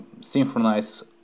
synchronize